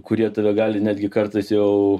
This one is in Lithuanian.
kurie tave gali netgi kartais jau